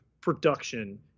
production